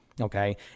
Okay